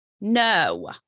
No